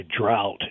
drought